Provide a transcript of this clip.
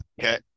Okay